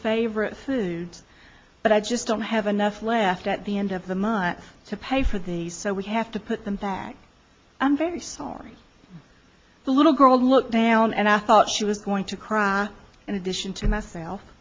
favorite foods but i just don't have enough left at the end of the month to pay for these so we have to put them back i'm very sorry the little girl looked down and i thought she was going to cry in addition to